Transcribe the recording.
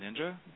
Ninja